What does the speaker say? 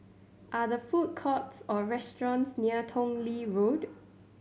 are the food courts or restaurants near Tong Lee Road